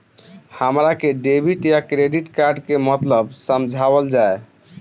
हमरा के डेबिट या क्रेडिट कार्ड के मतलब समझावल जाय?